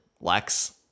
Lex